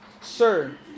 Sir